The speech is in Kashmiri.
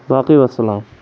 باقٕے وَسَلام